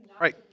Right